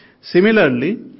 Similarly